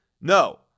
no